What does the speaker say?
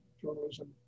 journalism